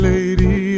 Lady